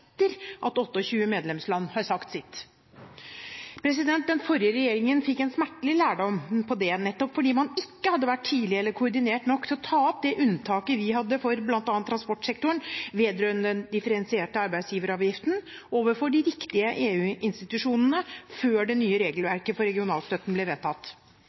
at 28 medlemsland har sagt sitt. Den forrige regjeringen fikk en smertelig lærdom på det området, nettopp fordi man ikke hadde vært tidlig nok ute eller koordinert nok til å ta opp det unntaket vi hadde for bl.a. transportsektoren vedrørende den differensierte arbeidsgiveravgiften, med de riktige EU-institusjonene før det nye regelverket for regionalstøtten ble vedtatt.